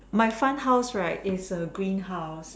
my fun house right is a green house